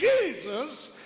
Jesus